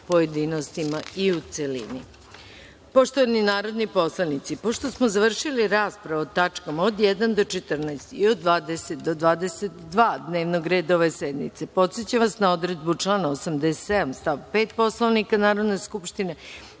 pojedinostima i u celini. Poštovani narodni poslanici, pošto smo završili raspravu o tačkama od 1. do 14. i od 20. do 22. dnevnog reda ove sednice, podsećam vas na odredbu člana 87. stav 5. Poslovnika Narodne skupštine,